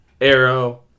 Arrow